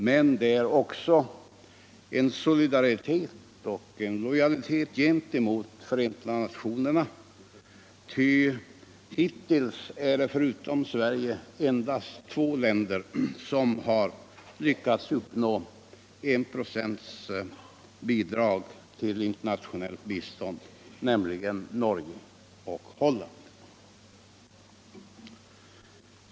Men det är också fråga om en solidaritet mot Förenta nationerna på detta område. Hittills är det förutom Sverige endast två länder som har lyckats uppnå enprocentsmålet för internationellt bistånd, nämligen Norge och Holland.